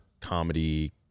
comedy